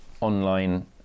online